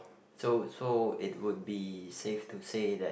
so so it would be safe to say that